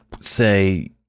Say